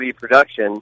production